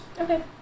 Okay